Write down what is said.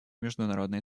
международной